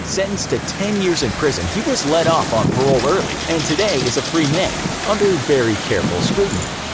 sentenced to ten years in prison, he was let off on parole early, and today is a free man under very careful scrutiny.